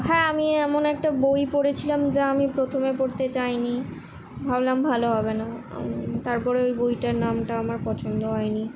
হ্যাঁ আমি এমন একটা বই পড়েছিলাম যা আমি প্রথমে পড়তে চাই নি ভাবলাম ভালো হবে না তারপরে এই বইটার নামটা আমার পছন্দ হয় নি